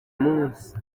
munsi